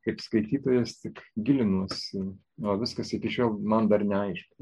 kaip skaitytojas tik gilinuosi na o viskas iki šiol man dar neaišku